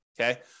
okay